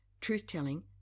truth-telling